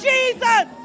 Jesus